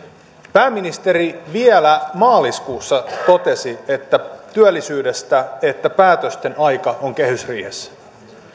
pääministeri vielä maaliskuussa totesi työllisyydestä että päätösten aika on kehysriihessä